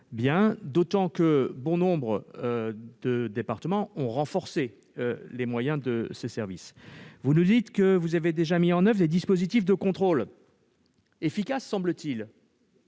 d'autant mieux que bon nombre de départements ont renforcé les moyens de ces services. Vous nous dites que vous avez déjà mis en oeuvre des dispositifs de contrôle efficaces, si